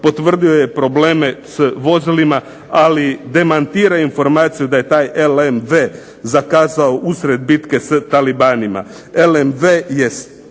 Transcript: potvrdio je probleme s vozilima, ali demantira informaciju da je taj LMV zakazao usred bitke s Talibanima. LMV je